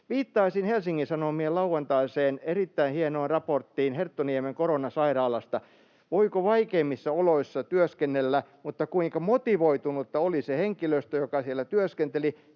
Viittaisin Helsingin Sanomien lauantaiseen, erittäin hienoon raporttiin Herttoniemen koronasairaalasta. Voiko vaikeammissa oloissa työskennellä? Mutta kuinka motivoitunutta oli se henkilöstö, joka siellä työskenteli,